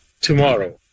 tomorrow